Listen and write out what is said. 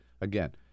Again